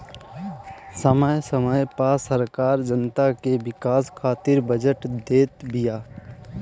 समय समय पअ सरकार जनता के विकास खातिर बजट देत बिया